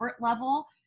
level